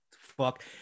Fuck